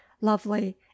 lovely